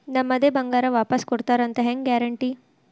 ನಮ್ಮದೇ ಬಂಗಾರ ವಾಪಸ್ ಕೊಡ್ತಾರಂತ ಹೆಂಗ್ ಗ್ಯಾರಂಟಿ?